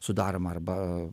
sudaroma arba